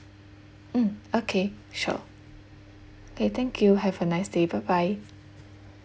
mm okay sure okay thank you have a nice day bye bye